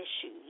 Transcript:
issues